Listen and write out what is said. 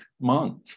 monk